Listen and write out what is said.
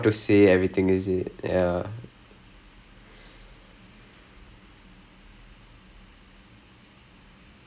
ya ya exactly !wah! இவனுங்கே:ivanungae and those guys they are like பண்ணுனா:pannunaa they just do and they don't care about like